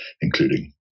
including